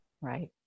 Right